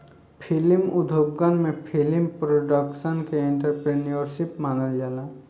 film उद्योगन में film production के एंटरप्रेन्योरशिप मानल जाला